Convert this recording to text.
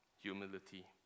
humility